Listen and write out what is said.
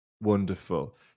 Wonderful